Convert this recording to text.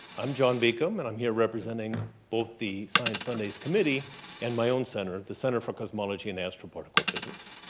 i'm john beacom and i'm here representing both the science sundays committee and my own center, the center for cosmology and astroparticle physics.